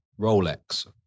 Rolex